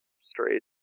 Straight